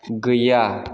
गैया